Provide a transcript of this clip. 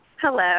Hello